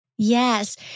Yes